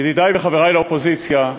ידידי וחברי לאופוזיציה,